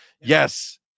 Yes